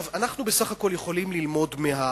אנחנו בסך-הכול יכולים ללמוד מהעבר: